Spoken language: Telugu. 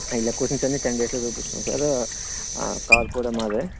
ఈ లొకేషన్స్ అన్ని టెన్ డేస్లో చూపిస్తాం సారు కార్ కూడా మాదే